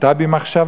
עלתה בי מחשבה.